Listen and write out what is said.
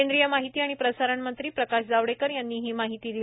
केंद्रिय माहिती आणि प्रसारण मंत्री प्रकाश जावडेकर यांनी ही माहिती दिली